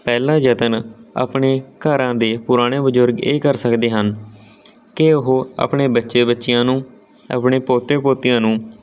ਪਹਿਲਾਂ ਯਤਨ ਆਪਣੇ ਘਰਾਂ ਦੇ ਪੁਰਾਣੇ ਬਜ਼ੁਰਗ ਇਹ ਕਰ ਸਕਦੇ ਹਨ ਕਿ ਉਹ ਆਪਣੇ ਬੱਚੇ ਬੱਚਿਆਂ ਨੂੰ ਆਪਣੇ ਪੋਤੇ ਪੋਤੀਆਂ ਨੂੰ